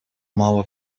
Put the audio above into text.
мало